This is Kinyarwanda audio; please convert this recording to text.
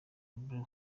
blue